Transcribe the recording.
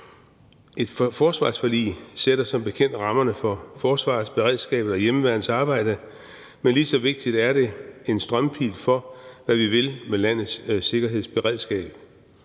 Et forsvarsforlig sætter som bekendt rammerne for forsvarets, beredskabets og hjemmeværnets arbejde, men lige så vigtigt er det en strømpil for, hvad vi vil med landets sikkerhedsberedskab.